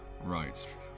Right